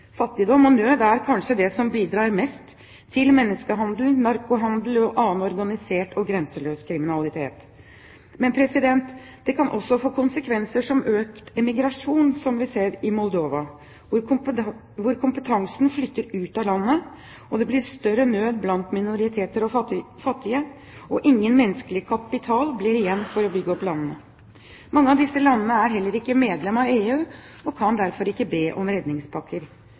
Fattigdom og nød er kanskje det som bidrar mest til menneskehandel, narkohandel og annen organisert og grenseløs kriminalitet. Men det kan også få konsekvenser som økt emigrasjon, som vi ser i Moldova – kompetansen flytter ut av landet, det blir større nød blant minoriteter og fattige, og ingen menneskelig kapital blir igjen for å bygge opp landet. Mange av disse landene er heller ikke medlem av EU og kan derfor ikke be om redningspakker.